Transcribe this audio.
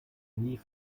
nie